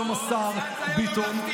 היום השר ביטון,